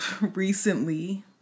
recently